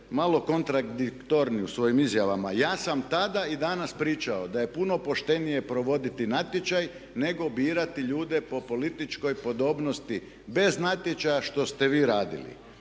malo kontradiktorni u svojim izjavama. Ja sam tada i danas pričao da je puno poštenije provoditi natječaj, nego birati ljude po političkoj podobnosti bez natječaja što ste vi radili.